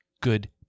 good